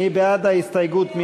מי בעד ההסתייגות?